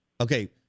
okay